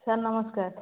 sir ନମସ୍କାର